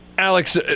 Alex